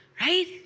right